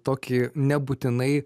tokį nebūtinai